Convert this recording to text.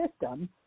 system